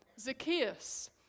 Zacchaeus